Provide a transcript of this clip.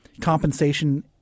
compensation